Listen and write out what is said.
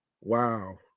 Wow